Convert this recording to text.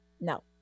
No